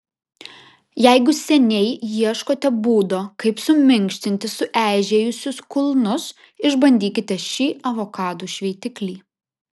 jeigu seniai ieškote būdo kaip suminkštinti sueižėjusius kulnus išbandykite šį avokadų šveitiklį